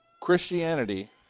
Christianity